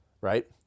right